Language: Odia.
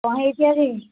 କ'ଣ ହୋଇଛି ଆଜି